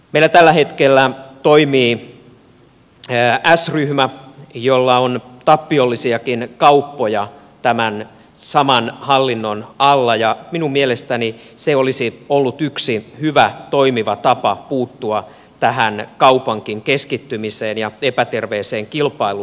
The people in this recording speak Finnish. meillä tällä hetkellä toimii s ryhmä jolla on tappiollisiakin kauppoja saman hallinnon alla ja minun mielestäni se olisi ollut yksi hyvä toimiva tapa puuttua tähän kaupankin keskittymiseen ja epäterveeseen kilpailuun